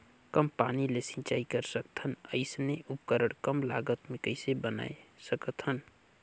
कम पानी ले सिंचाई कर सकथन अइसने उपकरण कम लागत मे कइसे बनाय सकत हन?